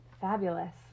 Fabulous